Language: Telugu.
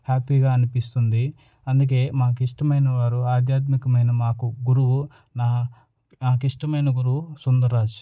హ్యాపీగా అనిపిస్తుంది అందుకే మాకు ఇష్టమైన వారు ఆధ్యాత్మికమైన మాకు గురువు నా నాకు ఇష్టమైన గురువు సుందర్రాజ్